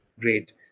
Great